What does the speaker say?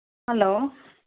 hello